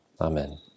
Amen